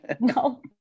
no